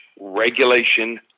regulation